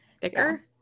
thicker